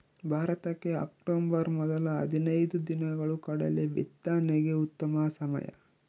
ಭಾರತಕ್ಕೆ ಅಕ್ಟೋಬರ್ ಮೊದಲ ಹದಿನೈದು ದಿನಗಳು ಕಡಲೆ ಬಿತ್ತನೆಗೆ ಉತ್ತಮ ಸಮಯ